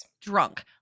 drunk